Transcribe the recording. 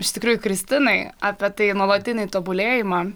iš tikrųjų kristinai apie tai nuolatinį tobulėjimą